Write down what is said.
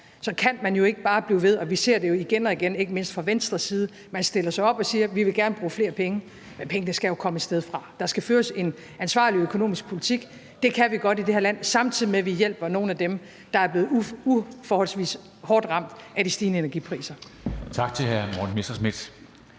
er, kan man jo ikke bare blive ved, og vi ser det jo igen og igen, ikke mindst fra Venstres side, at man stiller sig op og siger: Vi vil gerne bruge flere penge. Men pengene skal jo komme et sted fra. Der skal føres en ansvarlig økonomisk politik. Det kan vi godt i det her land, samtidig med at vi hjælper nogle af dem, der er blevet uforholdsvis hårdt ramt af de stigende energipriser. Kl. 13:19 Formanden (Henrik